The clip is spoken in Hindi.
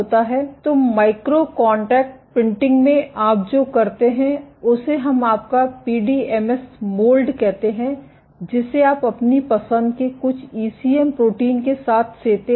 तो माइक्रो कांटेक्ट प्रिंटिंग में आप जो करते हैं उसे हम आपका पीडीएमएस मोल्ड कहते हैं जिसे आप अपनी पसंद के कुछ ईसीएम प्रोटीन के साथ सेते करते हैं